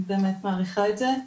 אני באמת מעריכה את זה,